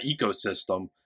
ecosystem